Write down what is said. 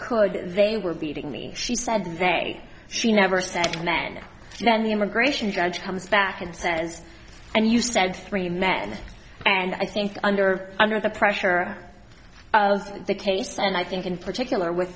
could they were beating me she said say she never said men then immigration judge comes back and says and you said three men and i think under under the pressure of the case and i think in particular with